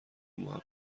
محقق